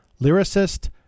Lyricist